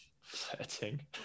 Flirting